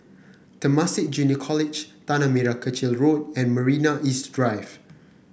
Temasek Junior College Tanah Merah Kechil Road and Marina East Drive